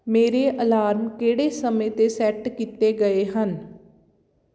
ਮੇਰੇ ਅਲਾਰਮ ਕਿਹੜੇ ਸਮੇਂ 'ਤੇ ਸੈੱਟ ਕੀਤੇ ਗਏ ਹਨ